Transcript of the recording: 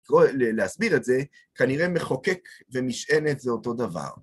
להסביר את זה, כנראה מחוקק ומשענת זה אותו דבר.